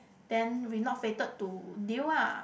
then we not fated to deal ah